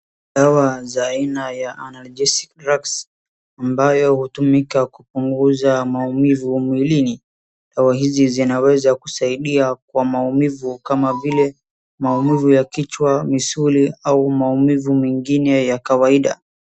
Dawa za aina ya analgesic drugs ambayo hutumika kupunguza maumivu mwilini. Dawa hizi zinaweza kusaidia kwa maumivu kama vile maumivu ya kichwa, misuli au maumivu mengine ya kawaida.